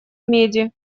меди